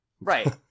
Right